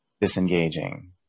disengaging